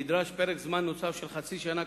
נדרש פרק זמן נוסף של חצי שנה,